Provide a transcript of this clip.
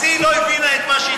אז היא לא הבינה את מה שהתכוונתי.